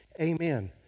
amen